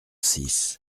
six